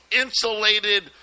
insulated